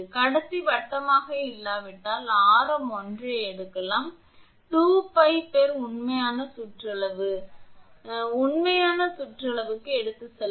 கடத்தி வட்டமாக இல்லாவிட்டால் ஆரம் 1 ஐ எடுக்கலாம் 2𝜋 Per உண்மையான சுற்றளவு நீங்கள் தான் உண்மையில் வளைவை உண்மையான சுற்றளவுக்கு எடுத்துச் செல்லும்